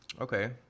okay